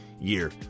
year